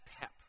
pep